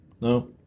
No